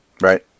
Right